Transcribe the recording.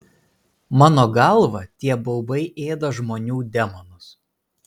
mano galva tie baubai ėda žmonių demonus